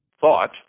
thought